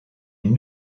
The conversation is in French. une